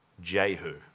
Jehu